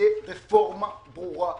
שתהיה רפורמה ברורה.